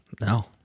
No